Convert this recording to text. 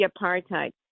apartheid